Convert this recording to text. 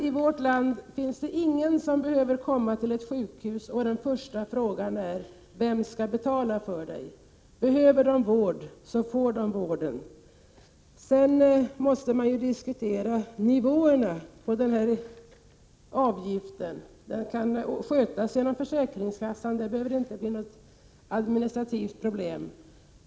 I vårt land är det ingen som behöver komma till ett sjukhus och som första fråga få höra: Vem skall betala för dig? Behöver man vård får man vården. Sedan måste man diskutera nivåerna på avgiften. Den kan omhänderhas av försäkringskassan; det behöver inte bli något administrativt problem.